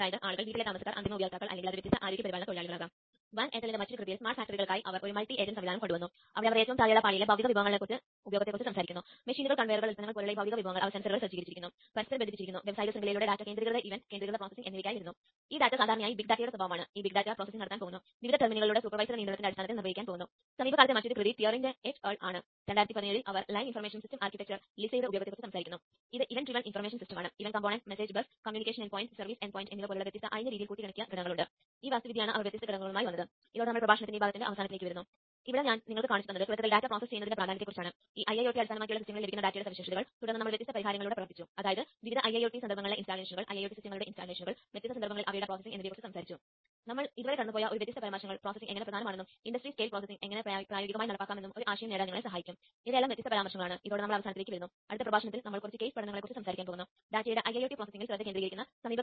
നിങ്ങൾക്ക് താൽപ്പര്യമുണ്ടെങ്കിൽ നമുക്ക് കടന്നുപോകാൻ കഴിയുന്ന റഫറൻസസ് ശരിയായി സ്വീകരിച്ചിട്ടുണ്ടോ ഇല്ലയോ എന്ന് നോക്കുക കാരണം അതാണ് ZigBee ആശയവിനിമയത്തിനുള്ള അടിസ്ഥാന നിർമാണ ഘടകം